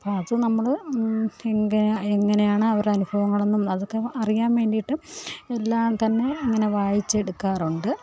അപ്പത് നമ്മള് എങ്ക എങ്ങനെയാണോ അവരുടെ അനുഭവങ്ങളെന്ന് അതൊക്കെ അറിയാൻ വേണ്ടിയിട്ടും എല്ലാം തന്നെ അങ്ങനെ വായിച്ചെടുക്കാറുണ്ട്